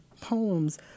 poems